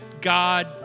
God